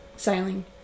Sailing